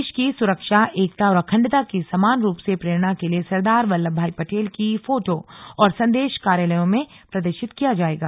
देश की सुरक्षा एकता और अखण्डता की समान रूप से प्रेरणा के लिए सरदार बल्लभ भाई पटेल की फोटो और संदेश कार्यालयों में प्रदर्शित किया जाएगा